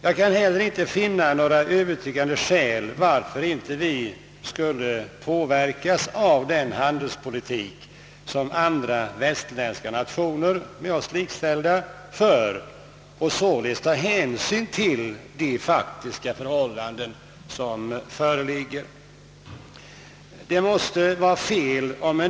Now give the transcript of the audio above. Jag kan inte finna några övertygande skäl varför inte vi skulle påverkas av den handelspolitik som andra, med oss likställda västerländska nationer för och således ta hänsyn till de faktiska förhållanden som föreligger.